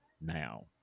now